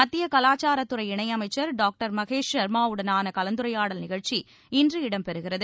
மத்திய கலாச்சாரத்துறை இணையமைச்சர் டாக்டர் மகேஷ் சர்மாவுடனான கலந்துரையாடல் நிகழ்ச்சி இன்று இடம்பெறுகிறது